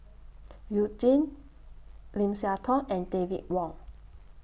YOU Jin Lim Siah Tong and David Wong